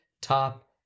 top